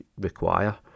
require